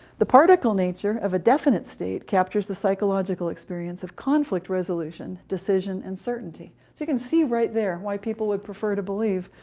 the particle nature of a definite state captures the psychological experience of conflict resolution, decision, and certainty, so you can see right there why people would prefer to believe